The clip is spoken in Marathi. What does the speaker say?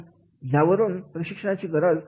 यावरून प्रशिक्षणाची गरज ठरवले जाऊ शकते